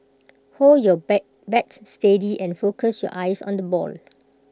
hold your bay bat steady and focus your eyes on the ball